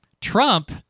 Trump